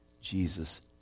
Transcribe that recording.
Jesus